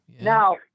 Now